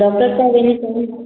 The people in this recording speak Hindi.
डॉक्टर साहब यहीं कहीं